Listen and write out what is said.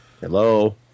hello